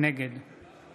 נגד